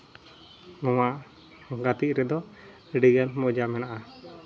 ᱱᱚᱣᱟ ᱜᱟᱛᱮᱜ ᱨᱮᱫᱚ ᱟᱹᱰᱤᱜᱮ ᱢᱚᱡᱟ ᱢᱮᱱᱟᱜᱼᱟ